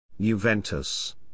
Juventus